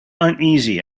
uneasy